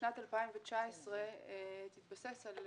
בשנת 2019 תתבסס על